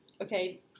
Okay